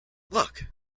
look